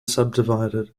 subdivided